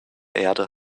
erde